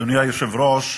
אדוני היושב-ראש,